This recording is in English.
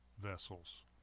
vessels